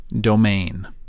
domain